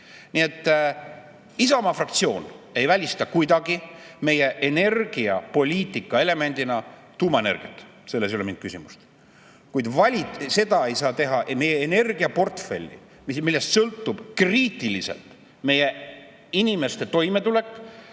Nii et Isamaa fraktsioon ei välista kuidagi meie energiapoliitika elemendina tuumaenergiat. Selles ei ole mingit küsimust. Kuid ei saa teha energiaportfelli, millest sõltub kriitiliselt meie inimeste toimetulek